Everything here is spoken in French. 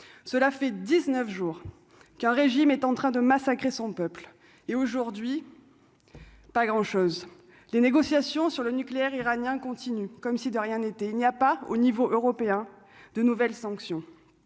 cela fait 19 jours qu'un régime est en train de massacrer son peuple et aujourd'hui pas grand chose, les négociations sur le nucléaire iranien continue comme si de rien n'était, il n'y a pas au niveau européen, de nouvelles sanctions